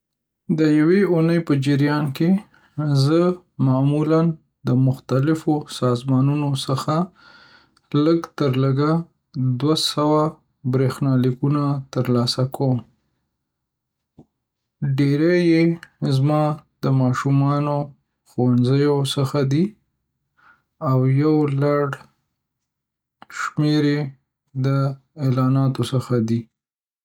د یوې اونۍ په جریان کې، زه معمولا د مختلفو سازمانونو څخه لږترلږه دوه سوه بریښنالیکونه ترلاسه کوم. ډیری یې زما د ماشومانو ښوونځیو څخه دي. او یو لوی شمیر یې د اعلاناتو څخه دی